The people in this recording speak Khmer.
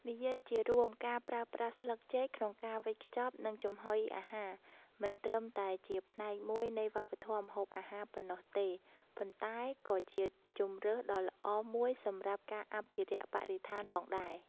និយាយជារួម ការប្រើប្រាស់ស្លឹកចេកក្នុងការវេចខ្ចប់ និងចំហុយអាហារ មិនត្រឹមតែជាផ្នែកមួយនៃវប្បធម៌ម្ហូបអាហារប៉ុណ្ណោះទេ ប៉ុន្តែក៏ជាជម្រើសដ៏ល្អមួយសម្រាប់ការអភិរក្សបរិស្ថានផងដែរ។